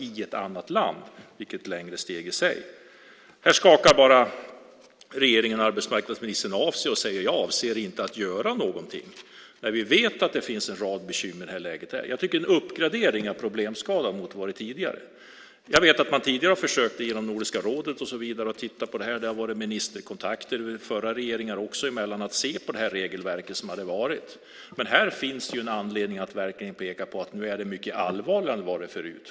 Det är ett längre steg i sig. Det här skakar regeringen och arbetsmarknadsministern bara av sig. Han säger: Jag avser inte att göra någonting. Vi vet ju att det finns en rad bekymmer i det här läget. Jag tycker att det är en uppgradering av problemskalan mot hur det varit tidigare. Jag vet att man tidigare har försökt, genom Nordiska rådet och så vidare, att titta på det här. Det har varit ministerkontakter i tidigare regeringar när det gäller att se på det här regelverket. Men det finns anledning att verkligen peka på att det nu är mycket allvarligare än det varit förut.